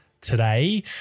today